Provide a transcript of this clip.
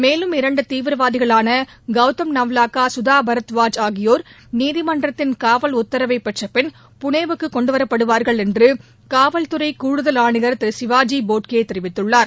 மேலும் இரண்டு தீவிரவாதிகளான கௌதம் நவ்லாக்கா சுதா பரதவாஜ் ஆகியோர் நீதிமன்றத்தின் காவல் உத்தரவை பெற்ற பின் புனேக்கு கொண்டுவரப்படுவார்கள் என்று காவல்துறை கூடுதல் ஆணையா் திரு சிவாஜ் போட்கே தெரிவித்துள்ளார்